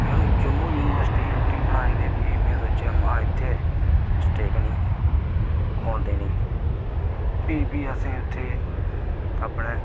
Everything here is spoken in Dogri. जंदू जम्मू यूनिबर्सट्री रुट्टी बनाई ते पिह् में सोचेआ में इत्थै मिसटेक नेईं होन देनी बी असें उत्थै अपने